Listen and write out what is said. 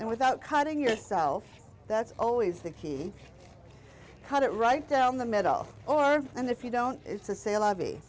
and without cutting yourself that's always the key cut it right down the middle or and if you don't it's a sa